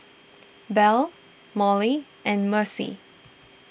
Belle Molly and Mercy